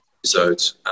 episodes